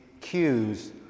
cues